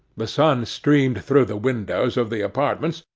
the sun streamed through the windows of the apartments,